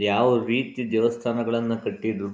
ಯಾವ ರೀತಿ ದೇವಸ್ಥಾನಗಳನ್ನು ಕಟ್ಟಿದರು